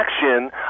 action